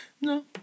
No